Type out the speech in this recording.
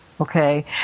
Okay